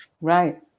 Right